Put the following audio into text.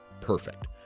perfect